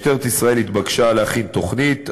משטרת ישראל התבקשה להכין תוכנית.